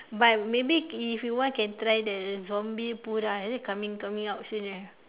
but maybe if you want can try the zombiepura is it coming coming out soon ah